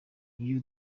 iyo